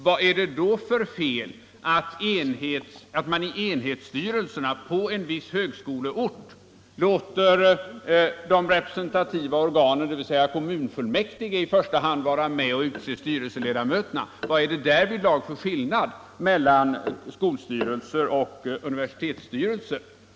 Vad är det då för fel att man i enhetsstyrelserna på en viss högskoleort låter de representativa organen, dvs. i första hand kommunfullmäktige, vara med om att utse styrelseledamöterna? Vad är det därvidlag för skillnad mellan skolstyrelser och universitetsstyrelser?